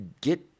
get